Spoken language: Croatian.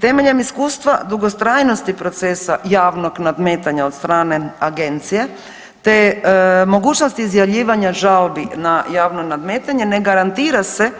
Temeljem iskustva dugotrajnosti procesa javnog nadmetanja od strane agencije te mogućnosti izjavljivanja žalbi na javno nadmetanje ne garantira se